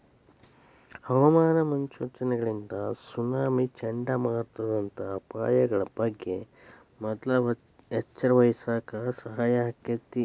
ಹವಾಮಾನ ಮುನ್ಸೂಚನೆಗಳಿಂದ ಸುನಾಮಿ, ಚಂಡಮಾರುತದಂತ ಅಪಾಯಗಳ ಬಗ್ಗೆ ಮೊದ್ಲ ಎಚ್ಚರವಹಿಸಾಕ ಸಹಾಯ ಆಕ್ಕೆತಿ